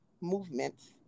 Movements